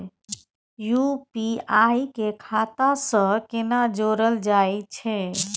UPI के खाता सं केना जोरल जाए छै?